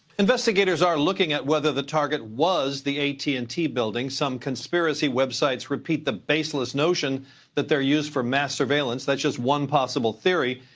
investigators are looking at whether the target was the at and t building. some conspiracy websites repeat the baseless notion that they're used for mass surveillance. that's just one possible theory.